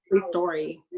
story